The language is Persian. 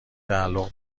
تعلق